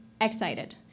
excited